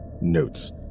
Notes